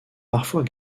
parfois